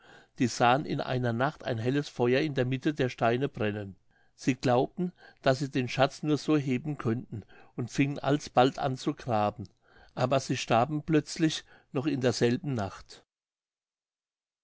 die sahen in einer nacht ein helles feuer in der mitte der steine brennen sie glaubten daß sie den schatz nur so heben könnten und fingen alsbald an zu graben aber sie starben plötzlich noch in derselben nacht